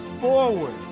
forward